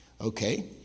Okay